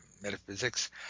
metaphysics